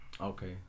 okay